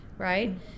Right